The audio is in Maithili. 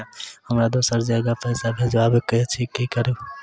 हमरा दोसर जगह पैसा भेजबाक अछि की करू?